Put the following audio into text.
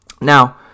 Now